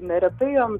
neretai joms